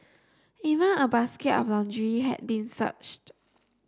even a basket of laundry had been searched